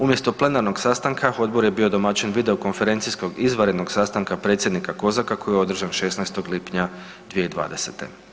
Umjesto plenarnog sastanka, odbor je bio domaćin video konferencijskog izvanrednog sastanka predsjednika COSAC-a koji je održan 16. lipnja 2020.